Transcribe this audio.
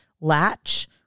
Latch